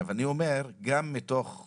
עכשיו אני אומר, גם מתוך זה